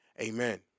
Amen